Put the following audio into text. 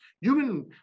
human